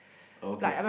okay